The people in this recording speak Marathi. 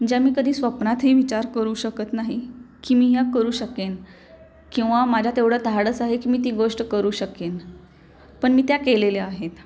ज्या मी कधी स्वप्नातही विचार करू शकत नाही की मी ह्या करू शकेन किंवा माझ्यात एवढं धाडस आहे की मी ती गोष्ट करू शकेन पण मी त्या केलेल्या आहेत